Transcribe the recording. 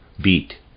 beat